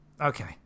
Okay